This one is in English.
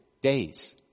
days